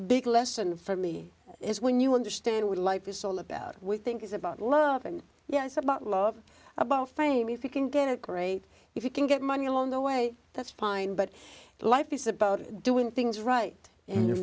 big lesson for me is when you understand what life is all about we think is about love and you know it's about love about fame if you can get a great if you can get money along the way that's fine but life is about doing things right